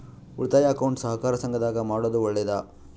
ಉಳಿತಾಯ ಅಕೌಂಟ್ ಸಹಕಾರ ಸಂಘದಾಗ ಮಾಡೋದು ಒಳ್ಳೇದಾ?